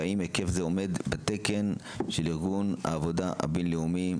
והאם היקף זה עומד בתקן של ארגון העבודה הבין-לאומי